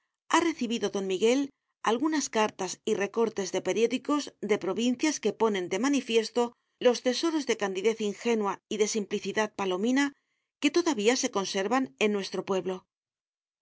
ha recibido don miguel algunas cartas y recortes de periódicos de provincias que ponen de manifiesto los tesoros de candidez ingenua y de simplicidad palomina que todavía se conservan en nuestro pueblo